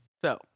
So-